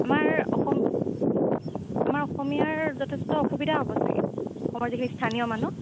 আমাৰ অসম আমাৰ অসমীয়াৰ যথেষ্ট অসুবিধা হ'ব ছাগে অসমৰ যিখিনি স্থানীয় মানুহ